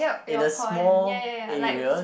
in a small area